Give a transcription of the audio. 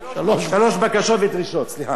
אומנם אתה סופר, אבל זה שלוש.